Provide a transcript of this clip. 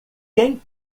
quem